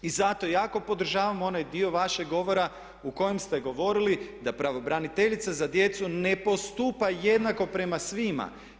I zato jako podržavam onaj dio vašeg govora u kojem ste govorili da pravobraniteljica za djecu ne postupa jednako prema svima.